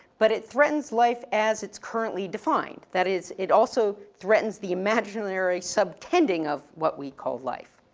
but it threatens life as it's currently defined. that is, it also threatens the imaginary subtending of what we call life.